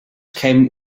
came